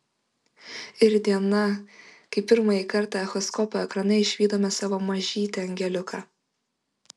ir diena kai pirmąjį kartą echoskopo ekrane išvydome savo mažytį angeliuką